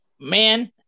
man